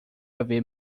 haver